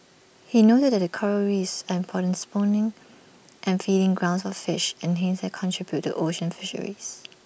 he noted that Coral reefs and important spawning and feeding grounds for fish and hence they contribute to ocean fisheries